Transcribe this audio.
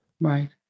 Right